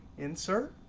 insert.